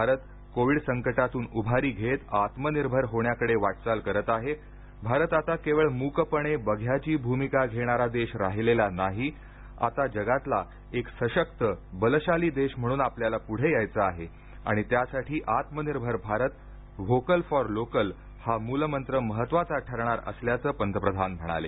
Bharat covid संकटातून उभारी घेत आत्मनिर्भर होण्याकडे वाटचाल करत आहे भारत आता केवळ मूकपणे बघ्याची भूमिका घेणारा देश राहिलेला नाही आता जगातला एक सशक्त बलशाली देश म्हणून आपल्याला पुढे यायचं आहे आणि त्यासाठी आत्मनिर्भर भारत व्होकल फॉर लोकल हा मूलमंत्र महत्त्वाचा ठरणार असल्याचं पंतप्रधान म्हणाले